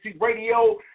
Radio